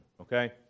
okay